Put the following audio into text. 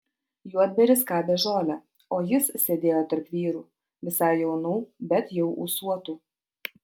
juodbėris skabė žolę o jis sėdėjo tarp vyrų visai jaunų bet jau ūsuotų